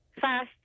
fast